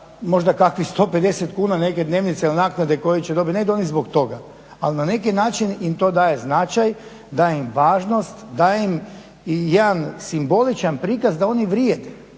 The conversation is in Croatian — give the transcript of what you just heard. možda kakvih 150 kuna, negdje dnevnica naknade koju će dobiti, ne idu oni zbog toga, ali na neki način im to daje značaj, daje im važnost, daje im i jedan simboličan prikaz da oni vrijede,